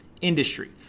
Industry